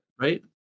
Right